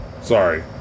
Sorry